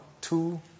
two